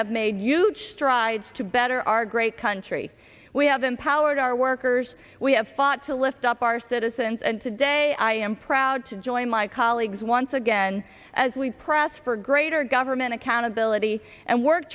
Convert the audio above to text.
have made huge strides to better our great country we have empowered our workers we have fought to lift up our citizens and today i am proud to join my colleagues once again as we press for greater government accountability and work